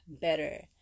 better